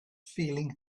feeling